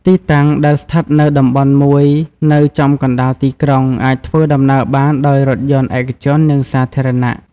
ទីតាំង ដែលស្ថិតនៅតំបន់មួយនៅចំកណ្តាលទីក្រុង អាចធ្វើដំណើរបានដោយរថយន្តឯកជន និងសាធារណៈ។